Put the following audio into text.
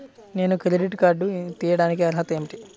నేను credit card తీయడానికి అర్హత ఏమిటి?